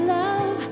love